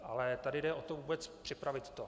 Ale tady jde o to vůbec připravit to.